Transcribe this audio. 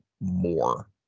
more